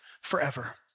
forever